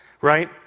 right